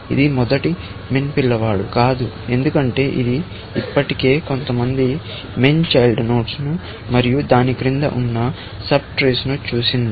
ఇది మొదటి MIN పిల్లవాడు కాదు ఎందుకంటే ఇది ఇప్పటికే కొంతమంది MIN చైల్డ్ నోడ్స్ పిల్లలను మరియు దాని క్రింద ఉన్న సబ్ ట్రీస్ ఉప చెట్ల ను చూసింది